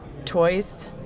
toys